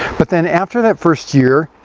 but then after that first year,